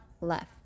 left